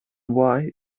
why